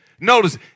Notice